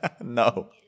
No